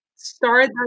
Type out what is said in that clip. Start